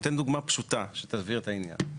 ואני אתן דוגמא פשוטה שתבהיר את העניין.